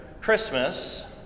Christmas